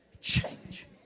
Change